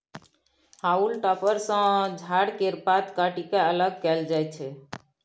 हाउल टॉपर सँ झाड़ केर पात काटि के अलग कएल जाई छै